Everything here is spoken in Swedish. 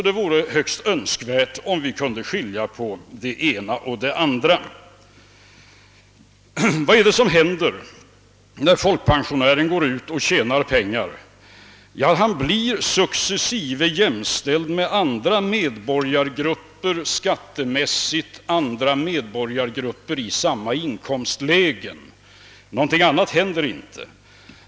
Det vore högst önskvärt om vi kunde skilja på det ena och det andra. Vad är det som händer när en folkpensionär går ut och tjänar pengar? Jo, han blir successivt jämställd skattemässigt med andra medborgargrupper i samma inkomstläge. Någonting annat händer inte.